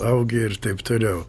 augi ir taip toliau